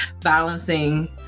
balancing